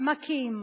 מכים,